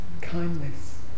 kindness